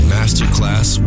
Masterclass